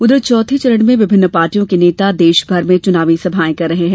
उधर चौथे चरण में विभिन्न पार्टियों के नेता देशभर में चुनाव सभाएं कर रहे हैं